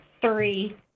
three